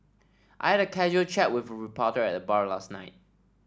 I had a casual chat with a reporter at the bar last night